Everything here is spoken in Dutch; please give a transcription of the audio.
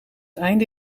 einde